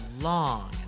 long